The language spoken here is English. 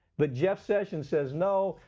but jeff sessions says, no,